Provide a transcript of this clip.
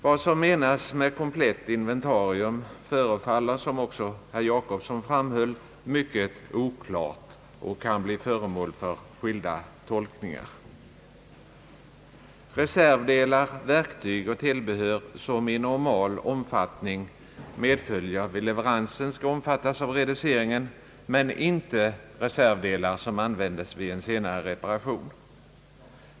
Vad som menas med komplett inventarium förefaller, som också herr Jacobsson framhöll, mycket oklart och kan bli föremål för skilda tolkningar. Reservdelar, verktyg och tillbehör, som i normal omfattning medföljer vid leveransen, skall omfattas av reduceringsregeln men inte reservdelar som används vid en senare reparation.